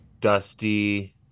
dusty